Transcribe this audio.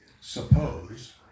Suppose